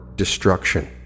Destruction